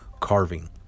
carving